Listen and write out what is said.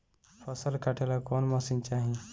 फसल काटेला कौन मशीन चाही?